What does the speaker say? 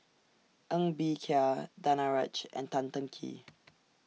Ng Bee Kia Danaraj and Tan Teng Kee